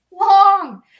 long